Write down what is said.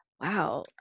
Wow